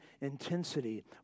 intensity